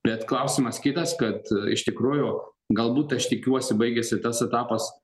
bet klausimas kitas kad iš tikrųjų galbūt aš tikiuosi baigiasi tas etapas